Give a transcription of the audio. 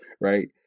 right